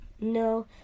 no